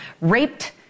raped